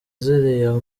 ziriya